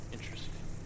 Interesting